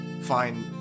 Fine